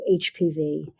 HPV